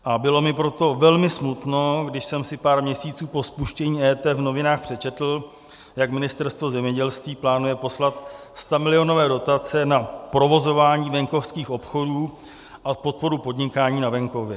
A bylo mi proto velmi smutno, když jsem si pár měsíců po spuštění EET v novinách přečetl, jak Ministerstvo zemědělství plánuje poslat stamilionové dotace na provozování venkovských obchodů a podporu podnikání na venkově.